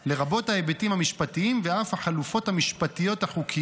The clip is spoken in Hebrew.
לרבות ההיבטים המשפטיים ואף החלופות המשפטיות החוקיות,